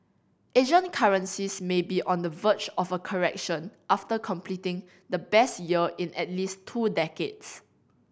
Asian currencies may be on the verge of a correction after completing the best year in at least two decades